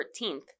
14th